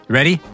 Ready